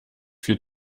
viel